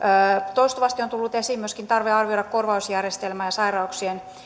toistuvasti on tullut esiin myöskin tarve arvioida korvausjärjestelmää ja sairauksien